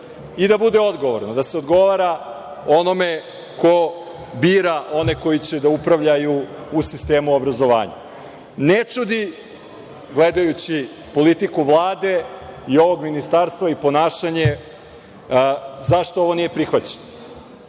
i da bude odgovorno, da se odgovara onome ko bira one koji će da upravljaju u sistemu obrazovanja. Ne čudi, gledajući politiku Vlade i ovog ministarstva i ponašanje zašto ovo nije prihvaćeno.